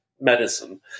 medicine